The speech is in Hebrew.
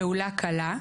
פעולה קלה,